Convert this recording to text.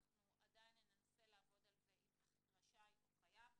אנחנו עדיין ננסה לעבוד על זה אם "רשאי" או "חייב".